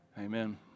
Amen